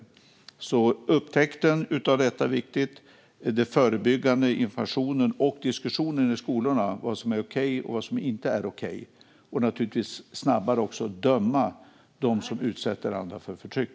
Att detta upptäcks är alltså viktigt, och den förebyggande informationen och diskussionen i skolorna om vad som är okej och inte okej är viktig. Vi måste naturligtvis också snabbare döma dem som utsätter andra för förtryck.